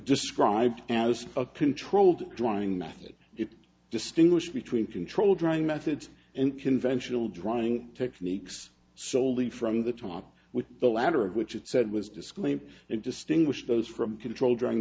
described as a controlled drawing math it distinguish between control drying methods and conventional drying techniques so all the from the top with the ladder which it said was disclaimed and distinguished those from control drawing